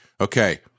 okay